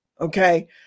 okay